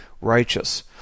righteous